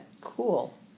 Cool